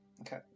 Okay